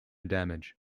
damage